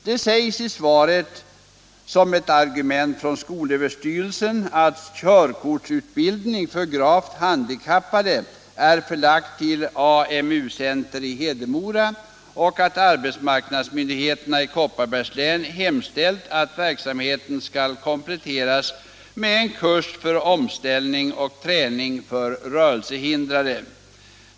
Det sägs i svaret som ett argument från SÖ att körkortsutbildningen I för gravt handikappade är förlagd till AMU-centret i Hedemora och att | arbetsmarknadsmyndigheterna i Kopparbergs län hemställt att verksamheten skall kompletteras med en kurs för omställning och träning för rörelsehindrade.